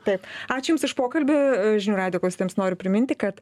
taip ačiū jums už pokalbį žinių radijo klausytojams noriu priminti kad